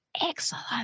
Excellent